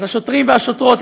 אז השוטרים והשוטרות,